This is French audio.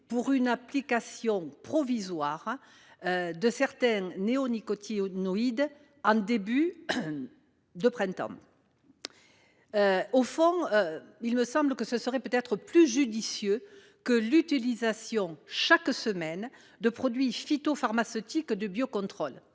pour une application provisoire de certains néonicotinoïdes au début du printemps. Au fond, il me semblerait sans doute plus judicieux d’utiliser chaque semaine des produits phytopharmaceutiques de biocontrôle.